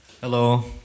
Hello